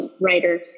writer